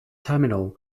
terminal